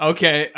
Okay